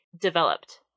developed